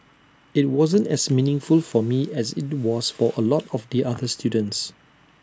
IT wasn't as meaningful for me as IT was for A lot of the other students